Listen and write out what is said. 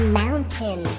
mountain